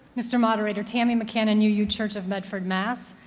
mr. moderator, tammy mccannon, uu church of medford, mass.